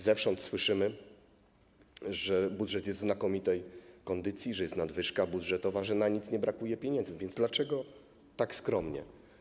Zewsząd słyszymy, że budżet jest w znakomitej kondycji, że jest nadwyżka budżetowa, że na nic nie brakuje pieniędzy, więc dlaczego tak skromnie?